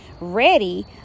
ready